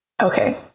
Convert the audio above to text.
Okay